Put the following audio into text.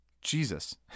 Jesus